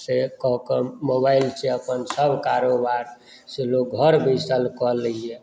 कऽ कऽ मोबाइल सॅं अपन सभ कारोबार से लोक घर बैसल कऽ लैया